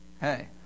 Hey